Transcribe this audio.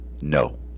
No